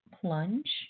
plunge